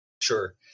Sure